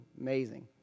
amazing